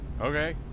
Okay